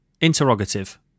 Interrogative